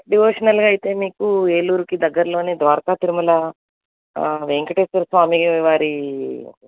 డివోషనల్గా అయితే మీకు ఏలూరుకి దగ్గరలోనే ద్వారక తిరుమల వెంకటేశ్వర స్వామి వారి